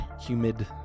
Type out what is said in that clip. Humid